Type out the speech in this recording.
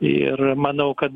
ir manau kad